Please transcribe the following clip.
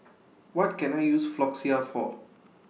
What Can I use Floxia For